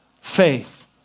faith